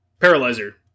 Paralyzer